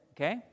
okay